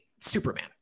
superman